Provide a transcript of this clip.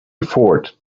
fort